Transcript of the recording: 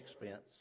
expense